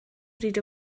bryd